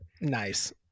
Nice